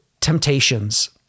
temptations